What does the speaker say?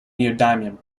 neodymium